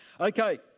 Okay